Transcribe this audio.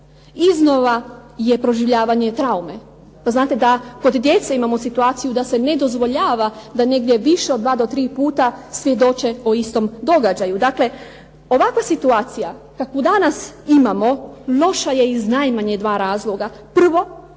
iznova proživljavanje traume. Znate da kod djece imamo situaciju da se ne dozvoljava da negdje više od dva do tri puta svjedoče o istom događaju. Dakle, ovakva situacija kakvu danas imamo loša je iz najmanje dva razloga. Prvo,